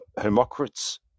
Hermocrates